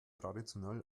traditionell